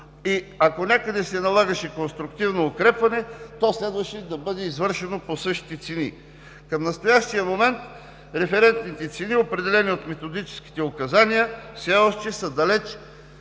и, ако някъде се налагаше конструктивно укрепване, то следваше да бъде извършвано по същите цени. Към настоящия момент референтните цени, определени от методическите указания, все още са далеч